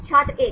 छात्र 1